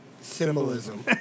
Symbolism